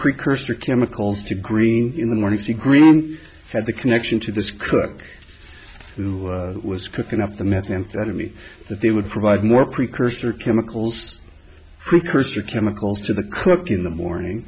precursor chemicals to green in the morning three green had the connection to this cook who was cooking up the methamphetamine that they would provide more precursor chemicals precursor chemicals to the cook in the morning